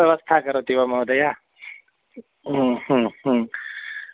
व्यवस्थां करोति वा महोदय ह